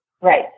Right